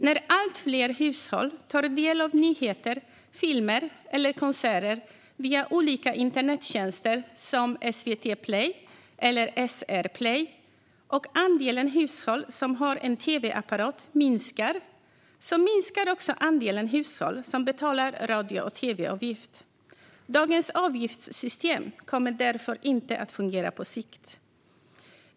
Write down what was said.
När allt fler hushåll tar del av nyheter, filmer eller konserter via olika internettjänster som SVT Play eller SR Play och andelen hushåll som har en tv-apparat minskar så minskar också andelen hushåll som betalar tvavgift. Dagens avgiftssystem kommer därför inte att fungera på sikt.